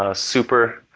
ah super,